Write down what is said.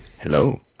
Hello